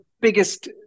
biggest